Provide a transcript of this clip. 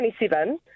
27